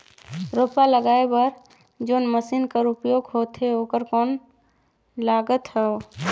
रोपा लगाय बर जोन मशीन कर उपयोग होथे ओकर कौन लागत हवय?